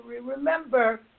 Remember